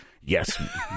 Yes